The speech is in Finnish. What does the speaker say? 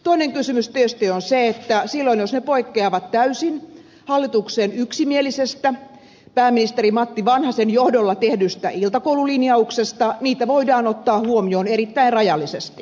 toinen kysymys tietysti on se että silloin jos ne poikkeavat täysin hallituksen yksimielisestä pääministeri matti vanhasen johdolla tehdystä iltakoululinjauksesta niitä voidaan ottaa huomioon erittäin rajallisesti